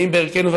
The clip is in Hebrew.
גאים בערכינו,